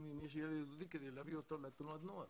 אם יש ילד יהודי כדי להביא אותו לתנועת נוער.